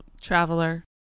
Traveler